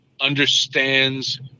understands